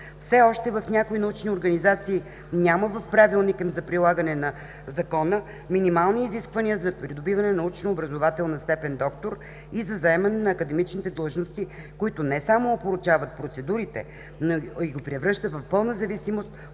на някои научни организации за прилагане на Закона няма минимални изисквания за придобиване на научно-образователна степен „Доктор“ и за заемане на академичните длъжности, които не само опорочават процедурите, но и ги превръщат в пълна зависимост